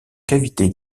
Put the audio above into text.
cavité